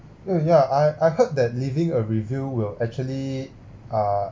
mm yeah I I heard that leaving a review will actually ah